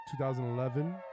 2011